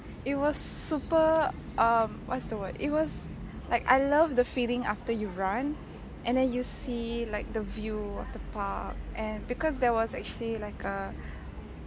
it was super um what's the word it was like I love the feeling after you run and then you see like the view of the park and because there was actually like a